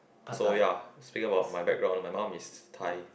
so ya speaking about my background my mum is Thai